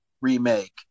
remake